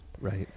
Right